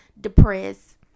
depressed